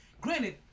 Granted